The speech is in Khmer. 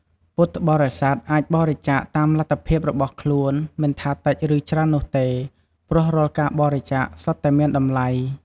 ពុទ្ធបរិស័ទអាចបរិច្ចាគតាមលទ្ធភាពរបស់ខ្លួន មិនថាតិចឬច្រើននោះទេ ព្រោះរាល់ការបរិច្ចាគសុទ្ធតែមានតម្លៃ។